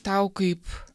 tau kaip